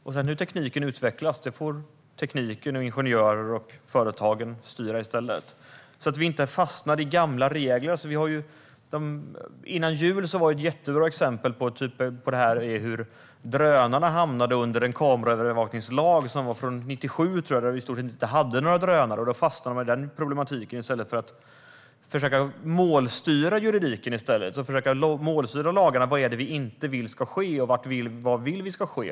Hur sedan tekniken utvecklas får tekniker, ingenjörer och företag styra i stället. Vi får inte fastna i gamla regler. Före jul hade vi ett bra exempel på detta. Då gällde det drönare, som hamnade under en kameraövervakningslag som var från 1997, tror jag, då vi i stort sett inte hade några drönare. Då fastnade man i den problematiken i stället för att försöka målstyra juridiken - alltså att målstyra lagarna och göra klart för sig vad det är man inte vill ska ske och vad man vill ska ske.